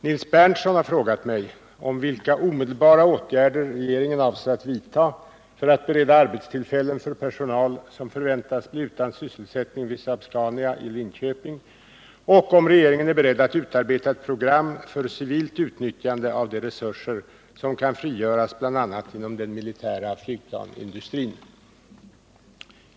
Nils Bendtson har frågat mig om vilka omedelbara åtgärder regeringen avser att vidta för att bereda arbetstillfällen för personal som förväntas bli utan sysselsättning vid Saab-Scania AB i Linköping och om regeringen är beredd att utarbeta ett program för civilt utnyttjande av de resurser som kan frigöras bl.a. inom den militära flygplansindustrin.